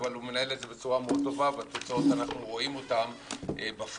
בצורה מאוד טובה ואנחנו רואים את התוצאות בפועל.